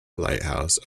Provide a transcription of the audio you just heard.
lighthouse